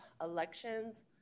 Elections